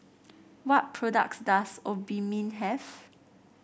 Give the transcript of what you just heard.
what products does Obimin have